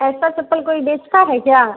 ऐसा चप्पल कोई बेचता है क्या